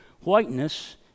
whiteness